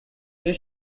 his